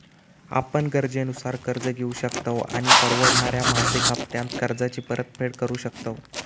आपण गरजेनुसार कर्ज घेउ शकतव आणि परवडणाऱ्या मासिक हप्त्त्यांत कर्जाची परतफेड करु शकतव